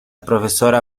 profesora